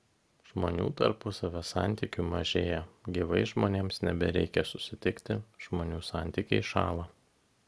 žmonių tarpusavio santykių mažėja gyvai žmonėms nebereikia susitikti žmonių santykiai šąla